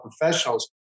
professionals